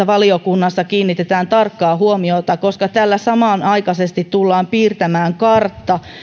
valiokunnassa kiinnitetään tähän tarkkaa huomiota koska tällä samanaikaisesti tullaan piirtämään kartta